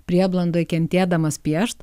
prieblandoj kentėdamas piešt